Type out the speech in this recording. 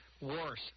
worse